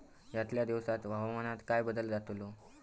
यतल्या दिवसात हवामानात काय बदल जातलो?